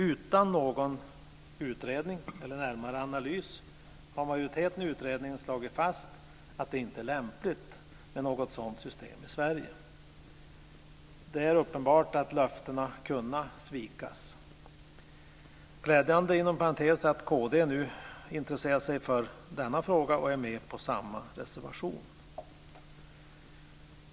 Utan någon utredning eller närmare analys har majoriteten i utredningen slagit fast att det inte är lämpligt med något sådant system i Sverige. Det är uppenbart att löftena kunna svikas. Glädjande är inom parentes att kd nu intresserar sig för denna fråga och är med på samma reservation.